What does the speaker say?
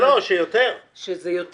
שר העבודה,